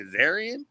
Kazarian